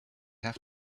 have